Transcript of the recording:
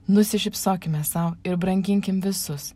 nusišypsokime sau ir branginkim visus